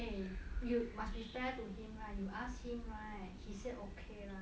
eh you must be fair to him right you ask him right he said okay right